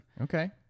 Okay